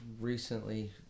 recently